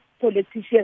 politicians